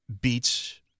Beats